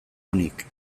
onik